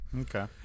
Okay